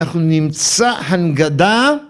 ‫אנחנו נמצא הנגדה.